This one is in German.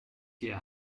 hier